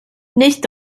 nicht